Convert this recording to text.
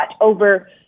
over